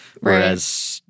Whereas